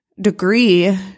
degree